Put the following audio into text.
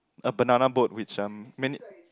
a banana boat which um